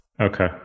Okay